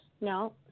No